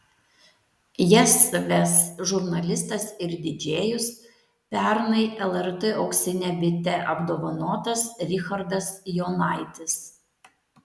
jas ves žurnalistas ir didžėjus pernai lrt auksine bite apdovanotas richardas jonaitis